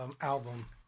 album